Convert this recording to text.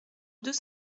deux